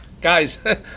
guys